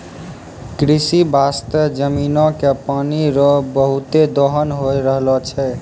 कृषि बास्ते जमीनो के पानी रो बहुते दोहन होय रहलो छै